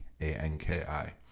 A-N-K-I